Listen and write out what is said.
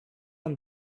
aan